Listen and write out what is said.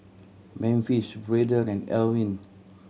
Memphis Braiden and Alwin